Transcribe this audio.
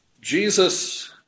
Jesus